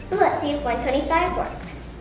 so let's see if one twenty five works.